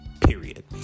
period